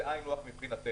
שזה היינו הך מבחינתנו,